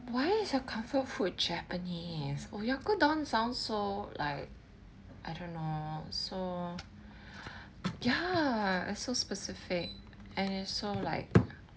why is your comfort food japanese oyakodon sound so like I don't know so ya so specific and is so like